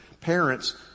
parents